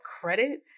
credit